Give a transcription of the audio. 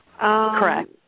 Correct